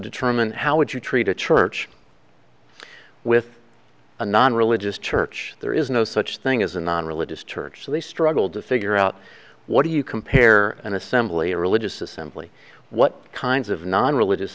determine how would you treat a church with a non religious church there is no such thing as a non religious church so they struggled to figure out what do you compare an assembly a religious assembly what kinds of non religious